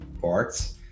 parts